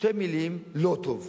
בשתי מלים: לא טוב.